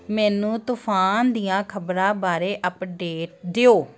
ਮੈਨੂੰ ਤੂਫ਼ਾਨ ਦੀਆਂ ਖ਼ਬਰਾਂ ਬਾਰੇ ਅੱਪਡੇਟ ਦਿਓ